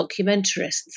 documentarists